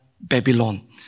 Babylon